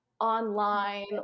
online